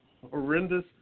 horrendous